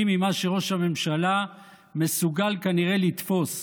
ממה שראש הממשלה מסוגל כנראה לתפוס.